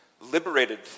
liberated